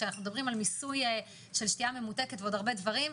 כשאנחנו מדברים על מיסוי של שתייה ממותקת ועוד הרבה דברים,